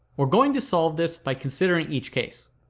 we're going to solve this by considering each case.